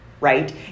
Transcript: right